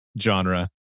genre